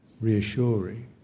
reassuring